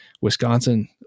Wisconsin